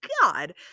god